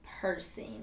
person